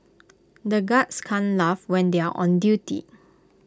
the guards can't laugh when they are on duty